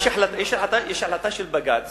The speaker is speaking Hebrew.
יש החלטה של בג"ץ